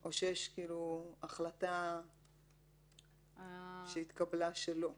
או יש החלטה שהתקבלה שלא.